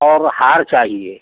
और हार चाहिए